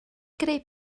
greu